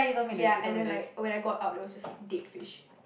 ya and then like when I got up there was just dead fish